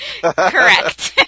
Correct